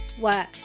work